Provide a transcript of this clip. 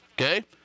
okay